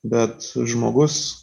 bet žmogus